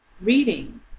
reading